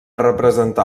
representar